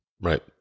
Right